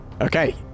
Okay